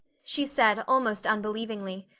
she said, almost unbelievingly.